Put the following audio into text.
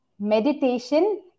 meditation